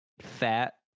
Fat